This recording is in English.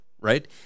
right